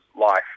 life